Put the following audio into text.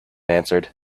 answered